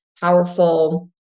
powerful